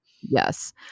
Yes